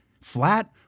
flat